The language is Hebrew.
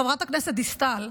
חברת הכנסת דיסטל,